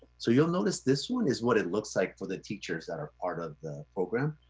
so you'll notice this one is what it looks like for the teachers that are part of the program.